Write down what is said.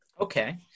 Okay